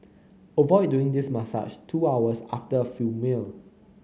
avoid doing this massage two hours after a full meal